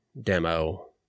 demo